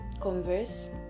converse